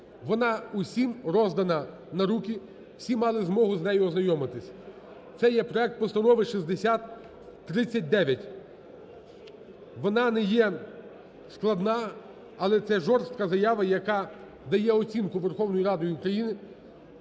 вона усім роздана на руки, всі мали змогу з нею ознайомитись, це є проект Постанови 6039. Вона не є складна, але це жорстка заява, яка дає оцінку Верховною Радою України